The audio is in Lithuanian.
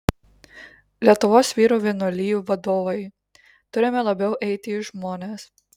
lietuvos vyrų vienuolijų vadovai turime labiau eiti į žmones